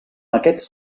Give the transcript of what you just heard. aquests